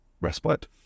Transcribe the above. respite